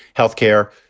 health care,